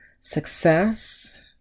success